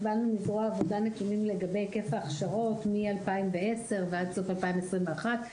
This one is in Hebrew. קיבלנו מזרוע העבודה נתונים לגבי היקף ההכשרות מ-2010 ועד סוף 2021,